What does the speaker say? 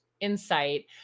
insight